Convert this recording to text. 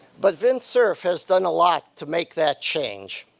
but vint cerf has done a lot to make that change.